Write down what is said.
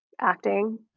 acting